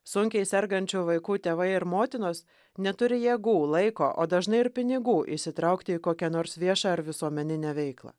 sunkiai sergančių vaikų tėvai ir motinos neturi jėgų laiko o dažnai ir pinigų įsitraukti į kokią nors viešą ar visuomeninę veiklą